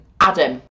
Adam